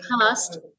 past